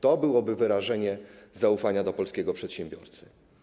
To byłoby wyrażenie zaufania do polskiego przedsiębiorcy.